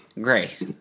Great